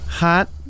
Hot